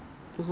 Raffles